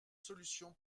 solution